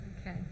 Okay